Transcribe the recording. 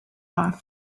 off